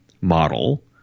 model